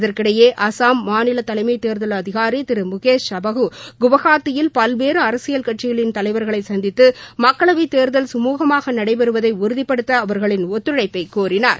இதற்கிடையே அசாம மாநில தலைமை தேர்தல் அதிகாரி திரு முகேஷ சபஹூ குவஹாத்தியில் பல்வேறு அரசியல் கட்சிகளின தலைவர்களை சந்தித்து மக்களவை தேர்தல் சுமூகமாக நடைபெறுவதை உறுதிப்படுத்த அவர்களின் ஒத்துழைப்பை கோரினார்